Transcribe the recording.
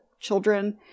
children